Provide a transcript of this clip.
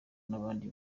n’abandi